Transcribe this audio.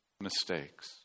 mistakes